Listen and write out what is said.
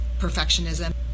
perfectionism